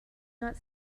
not